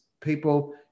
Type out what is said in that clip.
people